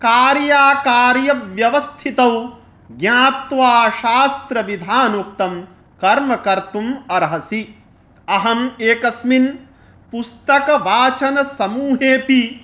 कार्याकार्यव्यवस्थितौ ज्ञात्वा शास्त्रविधानोक्तं कर्मकर्तुम् अर्हसि अहम् एकस्मिन् पुस्तकवाचनसमूहेपि